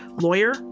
lawyer